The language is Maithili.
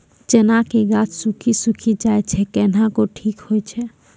चना के गाछ सुखी सुखी जाए छै कहना को ना ठीक हो छै?